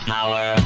Power